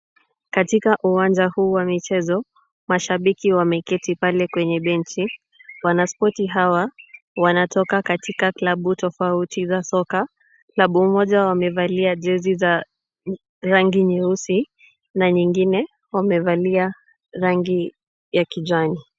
Katika uwanja huu wa michezo, mashabiki wameketi pale kwenye benchi. Wanaspoti hawa wanatoka katika klabu tofauti za soka. Klabu moja wamevalia jezi za rangi nyeusi na nyingine wamevalia rangi ya kijani.